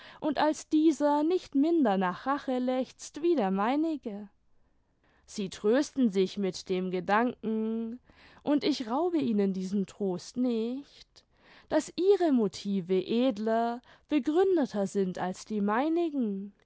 und als dieser nicht minder nach rache lechzt wie der meinige sie trösten sich mit dem gedanken und ich raube ihnen diesen trost nicht daß ihre motive edler begründeter sind als die meinigen